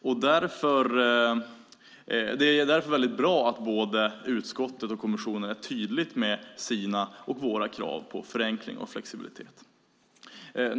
Det är därför bra att både kommissionen och utskottet är tydliga med kraven på förenkling och flexibilitet.